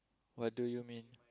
what do you mean